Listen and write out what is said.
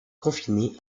confinés